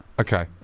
okay